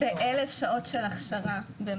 אני אגיד בשורה התחתונה שבעצם השכר שלנו